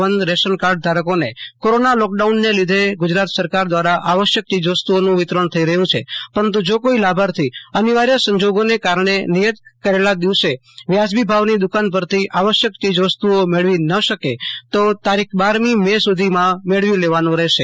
one ration card ધારકોને corona lockdown ની લીઘે ગુજરાત સરકાર દ્વારા આવશ્યક ચીજવસ્તુઓનું વિતરણ થઈ રહ્યું છે પરંતુ જો કોઇ લાભાર્થી અનિવાર્ય સંજોગ ને લીધે નિયત કરેલા દિવસે વાજબી ભાવની દુકાન પર થી આવશ્યક ચીજવસ્તુઓ મેળવી ન શકે તો તારીખ બારમી મે સુધી માં મેળવી લેવાનો રહેશે